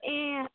ए